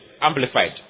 amplified